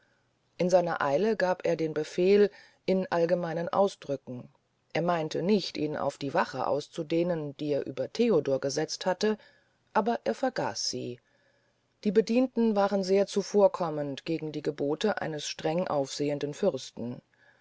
in seiner eile gab er den befehl in allgemeinen ausdrücken er meinte nicht ihn auf die wache auszudehnen die er über theodor gesetzt hatte aber er vergaß sie die bedienten waren sehr zuvorkommend gegen die gebote eines strengaufsehenden fürsten